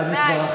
די.